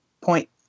point